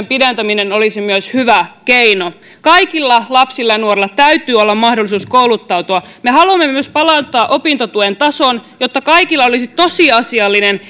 pidentäminen olisi hyvä keino kaikilla lapsilla ja nuorilla täytyy olla mahdollisuus kouluttautua me haluamme myös palauttaa opintotuen tason jotta kaikilla olisi tosiasiallinen